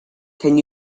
can